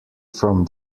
from